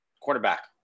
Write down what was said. quarterback